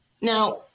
Now